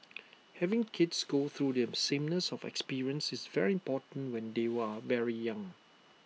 having kids go through them sameness of experience is very important when they very young